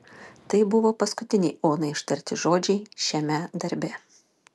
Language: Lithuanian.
tai buvo paskutiniai onai ištarti žodžiai šiame darbe